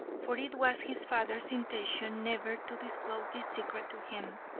for it was his father's intention never to disclose this secret to him,